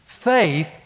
Faith